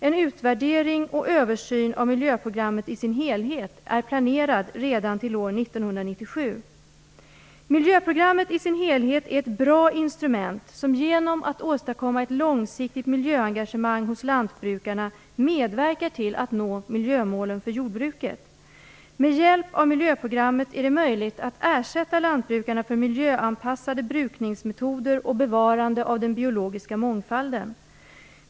En utvärdering och översyn av miljöprogrammet i sin helhet är planerad redan till år Miljöprogrammet i sin helhet är ett bra instrument som genom att åstadkomma ett långsiktigt miljöengagemang hos lantbrukarna medverkar till att uppnåendet av miljömålen för jordbruket. Med hjälp av miljöprogrammet är det möjligt att ersätta lantbrukarna för miljöanpassade brukningsmetoder och bevarande av den biologiska mångfalden.